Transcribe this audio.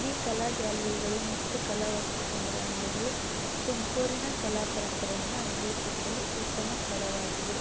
ಈ ಕಲಾ ಗ್ಯಾಲರಿಗಳು ಮತ್ತು ಕಲಾವಸ್ತು ಸಂಗ್ರಹಾಲಯಗಳು ತುಮಕೂರಿನ ಕಲಾ ಪರಂಪರೆಯನ್ನು ಅನ್ವೇಷಿಸಲು ಉತ್ತಮ ಸ್ಥಳವಾಗಿವೆ